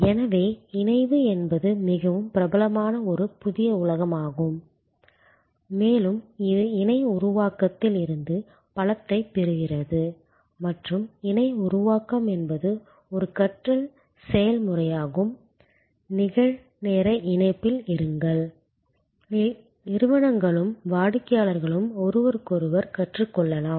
எனவே இணைவு என்பது மிகவும் பிரபலமான ஒரு புதிய உலகமாகும் மேலும் இது இணை உருவாக்கத்தில் இருந்து பலத்தைப் பெறுகிறது மற்றும் இணை உருவாக்கம் என்பது ஒரு கற்றல் செயல்முறையாகும் நிகழ்நேர இணைப்பில் இருங்கள் நிறுவனங்களும் வாடிக்கையாளர்களும் ஒருவருக்கொருவர் கற்றுக்கொள்ளலாம்